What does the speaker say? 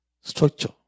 structure